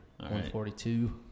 142